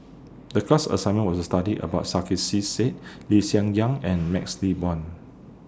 The class assignment was to study about Sarkasi Said Lee Hsien Yang and MaxLe Blond